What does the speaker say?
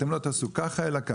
אתם לא תעשו ככה אלא ככה,